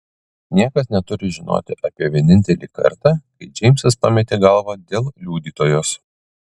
niekas neturi žinoti apie vienintelį kartą kai džeimsas pametė galvą dėl liudytojos